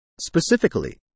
Specifically